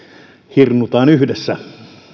hirnutaan yhdessä